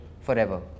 forever